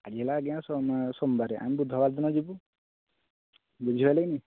ଆଜି ହେଲା ଆଜ୍ଞା ସୋମବାର ଆମେ ବୁଧବାର ଦିନ ଯିବୁ ବୁଝିପାରିଲେ କି ନାହିଁ